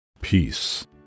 Peace